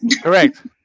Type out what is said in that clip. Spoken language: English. Correct